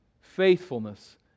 Faithfulness